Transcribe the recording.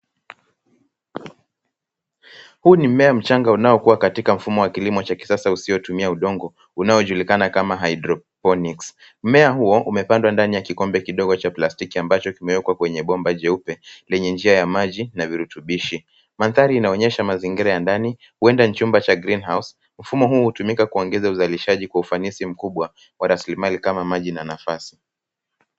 Huu ni mmea mchanga unaokua katika mfumo wa kilimo cha kisasa usiotumia udongo unaojulikana kama hyroponics . Mmea huo umepandwa ndani ya kikombe kidogo cha plastiki ambacho kimewekwa kwenye bomba jeupe lenye njia ya maji na virutubishi. Mandhari inaonyesha mazingira ya ndani, huenda ni chumba cha green house . Mfumo huu hutumika kuongeza uzalishaji kwa ufanisi mkubwa wa rasilimali kama maji na nafasi.